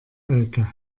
elke